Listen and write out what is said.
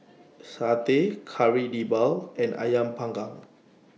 Satay Kari Debal and Ayam Panggang